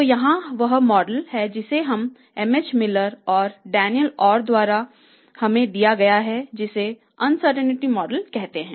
तो यहाँ वह मॉडल है जिसे हम MHMiller और Daniel Orr द्वारा हमें दिया गया है जिसे अनसर्टेनिटी मॉडल कहते हैं